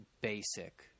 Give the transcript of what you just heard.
basic